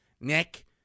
Nick